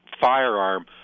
firearm